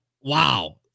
wow